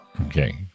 Okay